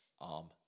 arm